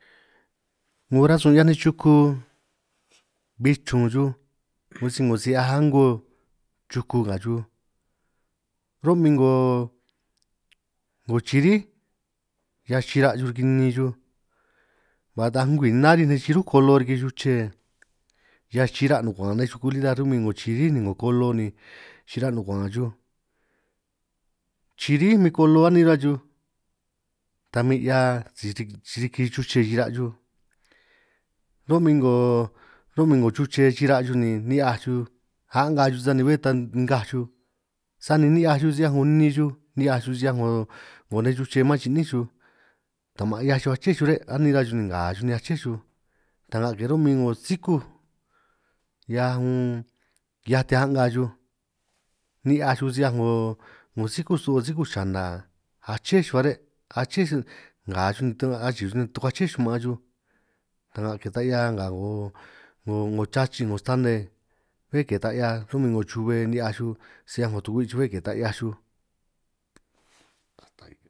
'Ngo nej rasun 'hiaj nej chuku bin chrun xuj bin si 'ngo si 'hiaj a'ngo chuku nga xuj, ro'min 'ngo chiríj hiaj chira' xuj riki nni xuj ba taaj ngwi naríj nej chirúj kolo riki chuche, hiaj chira' nukuan'an nej chuku li ta ro'min 'ngo chiríj ni 'ngo kolo ni chira' nukuan'anj xuj, chiríj min kolo anin chuhua xuj ta min 'hia si riki chuche chira' xuj, ro'min 'ngo ro'min 'ngo chuche chira' xuj ni ni'hiaj xuj a'nga xuj sani bé ta ngaj xuj, sani ni'hiaj xuj si 'hiaj 'ngo nni xuj ni'hiaj xuj si 'hiaj 'ngo 'ngo nej chuche man chi'nin xuj, tamanj 'hiaj xuj aché xuj re' anin' chuhua xuj, ni nga xuj ni aché xuj ta'nga ke run' min 'ngo sikúj 'hiaj un 'hiaj tia'nga xuj, ni'hiaj xuj si 'hiaj 'ngo sikúj snoo 'ngo sikú chana, aché xuj baj re' achej xuj nga chuj achi'i ni tukuaché xuj ma'an xuj, ta'nga ke ta 'hia nga 'ngo 'ngo chachij 'ngo stane, bé ke ta 'hia ro'min 'ngo chube ni'hiaj xuj si 'hiaj 'ngo tukwi' xuj bé ke ta 'hiaj xuj.